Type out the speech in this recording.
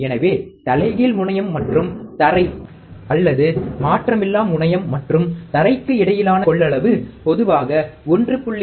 எனவே தலைகீழ் முனையம் மற்றும் தரை அல்லது மாற்றமிலா முனையம் மற்றும் தரைக்கு இடையிலான கொள்ளளவு பொதுவாக 1